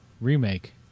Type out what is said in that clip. remake